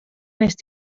wnest